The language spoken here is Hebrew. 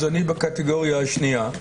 אז אני בקטגוריה השנייה.